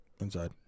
inside